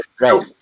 Right